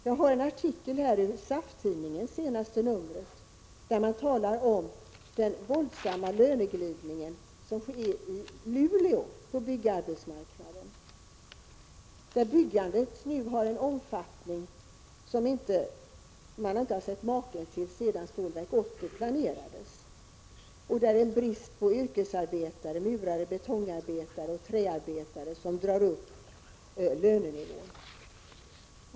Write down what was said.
Jag har här en artikel ur senaste numret av SAF-Tidningen, där man talar om den våldsamma löneglidning som sker på byggarbetsmarknaden i Luleå, där byggandet nu har en omfattning som man inte har sett maken till sedan Stålverk 80 planerades och där det råder brist på yrkesarbetare — murare, betongarbetare, träarbetare — vilket drar upp lönenivån.